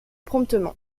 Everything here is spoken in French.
promptement